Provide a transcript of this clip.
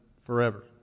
forever